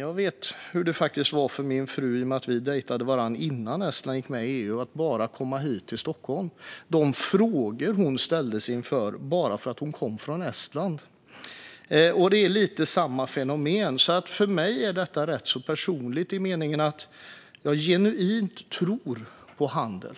I och med att min fru och jag dejtade varandra innan Estland gick med i EU vet jag ju hur det var för henne bara att komma hit till Stockholm och vilka frågor hon ställdes inför, bara för att hon kom från Estland. Det är alltså lite samma fenomen, och för mig är det här rätt personligt i den meningen att jag genuint tror på handel.